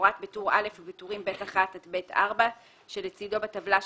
כמפורט בטור א ובטורים ב1 עד ב4 שלצדו בטבלה שלהלן,